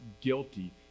guilty